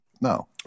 No